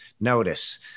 Notice